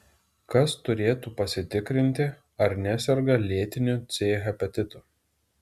kas turėtų pasitikrinti ar neserga lėtiniu c hepatitu